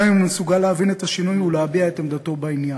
גם אם הוא מסוגל להבין את השינוי ולהביע את עמדתו בעניין.